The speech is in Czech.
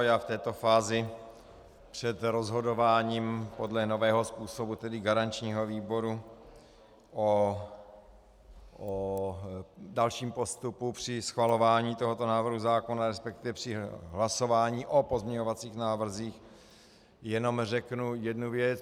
Já v této fázi před rozhodováním podle nového způsobu tedy garančního výboru o dalším postupu při schvalování tohoto návrhu zákona, resp. při hlasování o pozměňovacích návrzích jenom řeknu jednu věc.